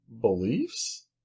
beliefs